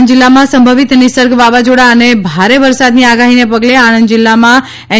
આણંદ જીલ્લામાં સંભવિત નિર્સંગ વાવઝોડા અને ભાર વરસાદની આગઠ્ઠીને પગલે આણંદ જિલ્લામાં એન